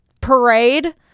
Parade